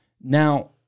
Now